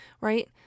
right